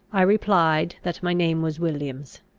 i replied, that my name was williams.